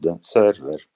server